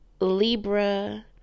Libra